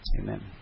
Amen